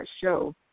show